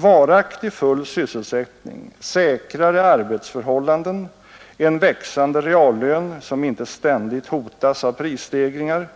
Varaktig full sysselsättning, säkrare arbetsförhållanden, en växande reallön som inte ständigt hotas av prisstegringar,